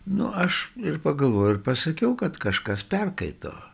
nu aš ir pagalvojau ir pasakiau kad kažkas perkaito